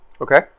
Okay